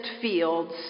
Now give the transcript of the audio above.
fields